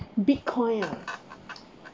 bitcoin ah